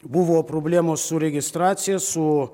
buvo problemos su registracija su